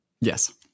yes